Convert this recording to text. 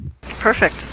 Perfect